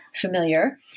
familiar